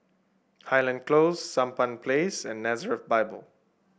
Highland Close Sampan Place and Nazareth Bible